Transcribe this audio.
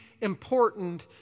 important